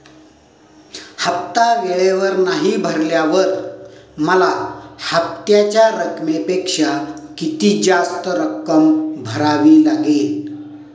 हफ्ता वेळेवर नाही भरल्यावर मला हप्त्याच्या रकमेपेक्षा किती जास्त रक्कम भरावी लागेल?